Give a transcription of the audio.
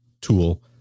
tool